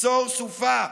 יקצור סופה.